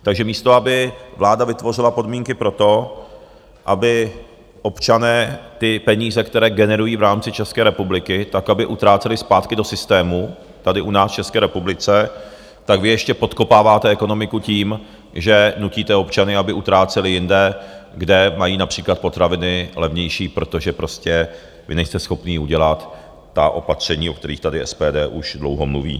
Takže místo aby vláda vytvořila podmínky pro to, aby občané peníze, které generují v rámci České republiky, utráceli zpátky do systému tady u nás v České republice, vy ještě podkopáváte ekonomiku tím, že nutíte občany, aby utráceli jinde, kde mají například potraviny levnější, protože vy nejste schopni udělat opatření, o kterých tady SPD už dlouho mluví.